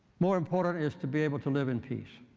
more important is to be able to live in peace